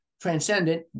transcendent